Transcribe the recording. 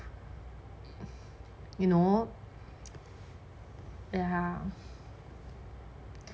you know